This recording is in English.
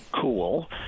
cool